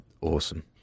awesome